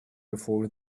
before